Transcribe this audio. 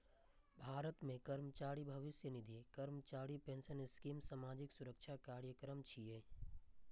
भारत मे कर्मचारी भविष्य निधि, कर्मचारी पेंशन स्कीम सामाजिक सुरक्षा कार्यक्रम छियै